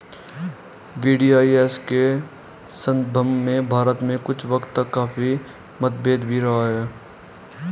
VDIS के संदर्भ में भारत में कुछ वक्त तक काफी मतभेद भी रहा है